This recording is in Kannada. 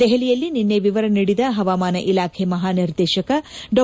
ದೆಹಲಿಯಲ್ಲಿ ನಿನ್ನೆ ವಿವರ ನೀಡಿದ ಹವಾಮಾನ ಇಲಾಖೆ ಮಹಾನಿರ್ದೇಶಕ ಡಾ